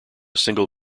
single